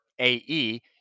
AE